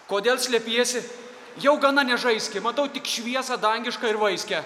kodėl slepiesi jau gana nežaiski matau tik šviesą dangišką ir vaiskią